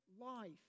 life